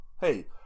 hey